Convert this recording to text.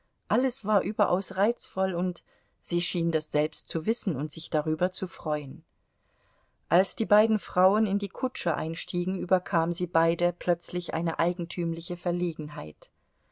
alles war überaus reizvoll und sie schien das selbst zu wissen und sich darüber zu freuen als die beiden frauen in die kutsche einstiegen überkam sie beide plötzlich eine eigentümliche verlegenheit